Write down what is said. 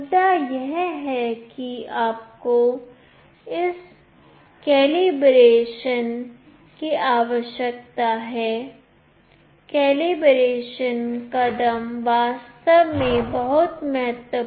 मुद्दा यह है कि आपको इस कलीब्रेशन की आवश्यकता है कलीब्रेशन कदम वास्तव में बहुत महत्वपूर्ण है